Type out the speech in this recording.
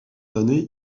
années